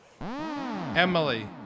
Emily